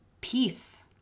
peace